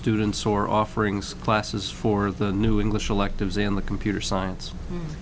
students or offerings classes for the new english electives in the computer science